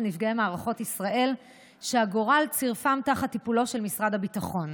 נפגעי מערכות ישראל שהגורל צירפם תחת טיפולו של משרד הביטחון.